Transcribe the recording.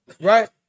right